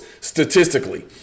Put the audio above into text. statistically